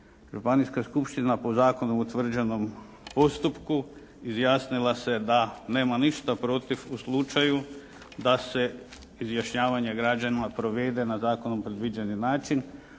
Županijska skupština po zakonu utvrđenom postupku izjasnila se da nema ništa protiv u slučaju da se izjašnjavanje građana provede na zakonom predviđeni način